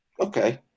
Okay